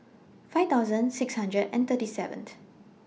five thousand six hundred and thirty seventh